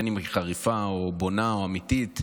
בין אם היא חריפה או בונה או אמיתית,